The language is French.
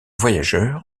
voyageur